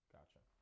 Gotcha